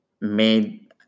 made